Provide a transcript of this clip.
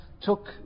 took